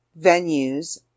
venues